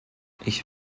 ich